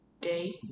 day